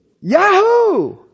Yahoo